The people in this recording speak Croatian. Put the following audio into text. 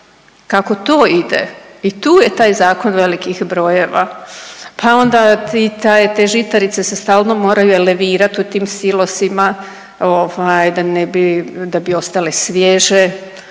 kako to ide. I tu je taj zakon velikih brojeva. Pa onda i te žitarice se stalno moraju elevirat u tim silosima ovaj da ne